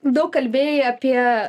daug kalbėjai apie